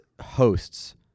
hosts